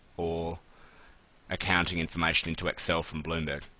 or accounting information into excel from bloomberg.